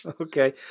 Okay